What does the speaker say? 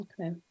Okay